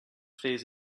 phase